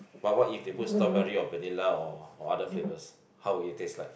but what if they put strawberry or vanilla or or other flavours how will it taste like